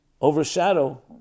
overshadow